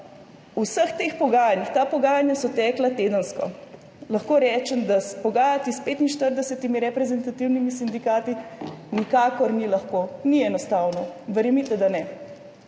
vseh teh pogajanjih, ta pogajanja so tekla tedensko, lahko rečem, da se pogajati s 45 reprezentativnimi sindikati nikakor ni lahko, ni enostavno, verjemite, da ne.